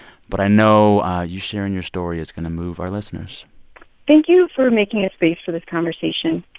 but i know you sharing your story is going to move our listeners thank you for making a space for this conversation.